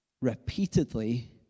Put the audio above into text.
repeatedly